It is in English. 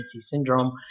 syndrome